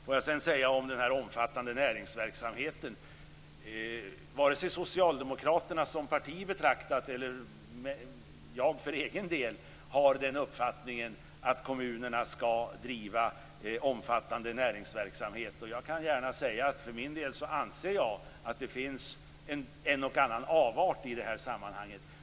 Får jag sedan säga om den omfattande näringsverksamheten att vare sig Socialdemokraterna som parti betraktat eller jag för egen del har den uppfattningen att kommunerna skall driva omfattande näringsverksamhet. Jag kan gärna säga att jag för min del anser att det finns en och annan avart i det här sammanhanget.